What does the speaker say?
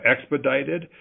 expedited